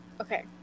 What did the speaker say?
Okay